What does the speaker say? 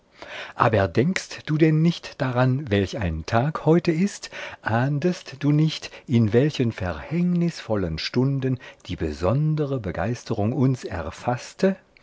aber denkst du denn nicht daran welch ein tag heute ist ahndest du nicht in welchen verhängnisvollen stunden die besondere begeisterung uns erfaßte